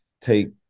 take